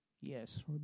Yes